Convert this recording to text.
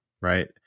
right